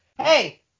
hey